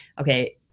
okay